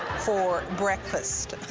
for breakfast.